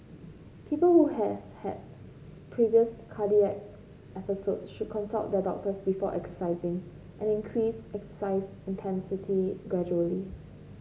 people who have had previous cardiac episodes should consult their doctors before exercising and increase exercise intensity gradually